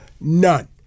None